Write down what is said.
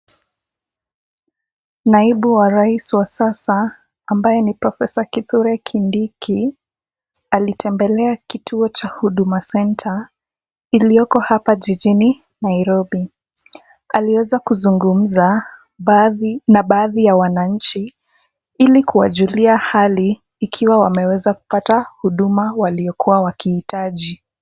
Naibu wa Rais wa sasa, ambaye ni Profesa Kithure Kindiki, alitembelea kituo cha Huduma Center, iliyoko hapa jijini, Nairobi. Aliweza kuzungumza baadhi na baadhi ya wananchi ili kuwajulia hali ikiwa wameweza kupata huduma waliokuwa wakihitaji.